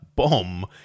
bomb